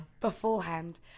beforehand